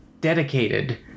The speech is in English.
dedicated